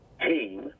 team